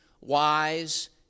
wise